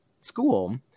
school